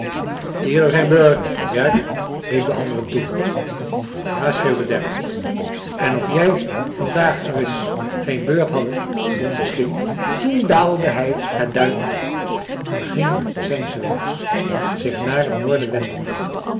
ieder zijn beurt derk riep de andere hem toe ja schreeuwde derk en of jij van daag ereis geen beurt hadde d derskind toen daalde hij het duin af en ging zijns weegs zich naar het noorden wendende